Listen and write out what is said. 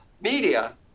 media